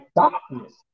darkness